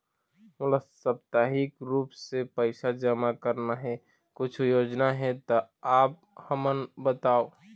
मोला साप्ताहिक रूप से पैसा जमा करना हे, कुछू योजना हे त आप हमन बताव?